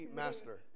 master